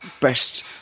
best